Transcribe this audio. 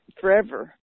forever